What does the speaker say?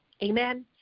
Amen